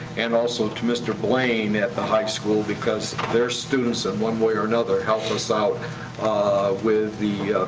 and also to mr. blaine at the high school, because their students, in one way or another, help us out with the